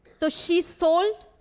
so she sold